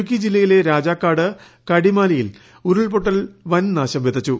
ഇടുക്കി ജില്ലയിലെ രാജാക്കാട് കടിമാലിയിൽ ഉരുൾപൊട്ടൽ വൻ നാശം വിതച്ചു